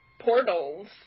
portals